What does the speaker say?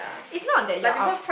it's not that you are out